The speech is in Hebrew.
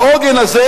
העוגן הזה,